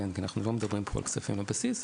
כי אנחנו לא מדברים פה על כספים בבסיס,